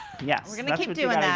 yes, we're gonna keep doing that.